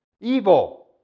evil